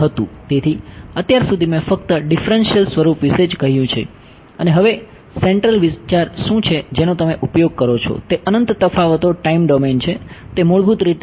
તેથી અત્યાર સુધી મેં ફક્ત ડિફ્રંશિયલ સ્વરૂપ વિશે જ કહ્યું છે અને હવે સેંટ્રલ વિચાર શું છે જેનો તમે ઉપયોગ કરો છો તે અનંત પર આધારિત છે